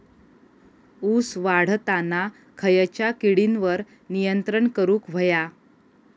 ऊस वाढताना खयच्या किडींवर नियंत्रण करुक व्हया?